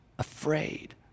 Afraid